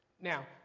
Now